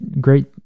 great